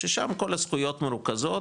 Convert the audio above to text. ששם כל הזכויות מרוכזות